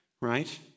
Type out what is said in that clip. right